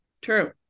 True